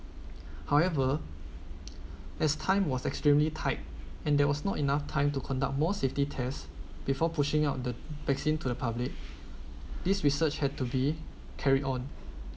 however as time was extremely tight and there was not enough time to conduct more safety tests before pushing out the vaccine to the public this research had to be carried on